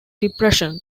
depression